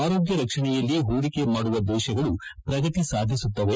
ಆರೋಗ್ಯ ರಕ್ಷಣೆಯಲ್ಲಿ ಹೂಡಿಕೆ ಮಾಡುವ ದೇಶಗಳು ಪ್ರಗತಿ ಸಾಧಿಸುತ್ತವೆ